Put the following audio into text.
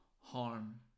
harm